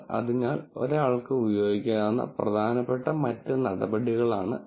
അതിനാൽ ഒരാൾക്ക് ഉപയോഗിക്കാവുന്ന പ്രധാനപ്പെട്ട മറ്റ് നടപടികളാണ് ഇവ